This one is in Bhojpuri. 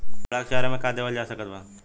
घोड़ा के चारा मे का देवल जा सकत बा?